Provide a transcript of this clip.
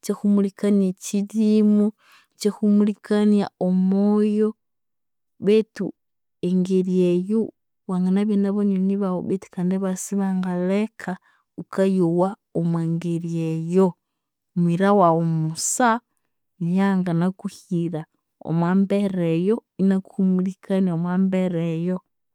ikyahumulikania ekyirimu, ikyahumulikania omoyo, betu engeri eyo wanginabya nabanywani baghu betu kandi ibabya isibangaleka ghukayowa omwangeri eyo. Mwira waghu musa niyo anginakuhira omwambera eyo, inakuhumulikania omwambera eyu.